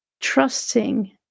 trusting